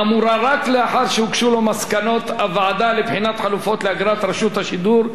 שהוגשו לו מסקנות הוועדה לבחינת חלופות לאגרת רשות השידור וגבייתה.